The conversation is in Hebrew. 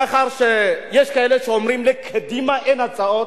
מאחר שיש כאלה שאומרים: לקדימה אין הצעות,